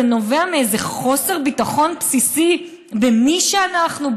זה נובע מאיזה חוסר ביטחון בסיסי במי שאנחנו,